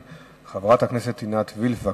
חברת הכנסת עינת וילף, בבקשה.